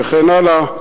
וכן הלאה,